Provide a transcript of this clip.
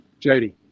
Jodie